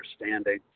understanding